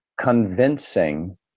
convincing